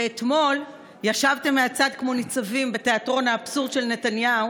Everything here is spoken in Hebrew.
ואתמול ישבתם מהצד כמו ניצבים בתיאטרון האבסורד של נתניהו